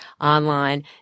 online